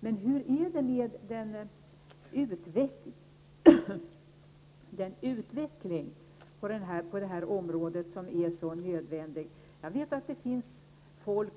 Men hur är det med den utveckling på detta område som är så nödvändig? Jag vet att det finns folk